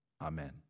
Amen